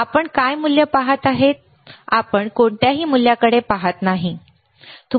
आपण काय मूल्य पहात आहात आपण कोणत्याही मूल्याकडे पहात नाही बरोबर